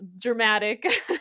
dramatic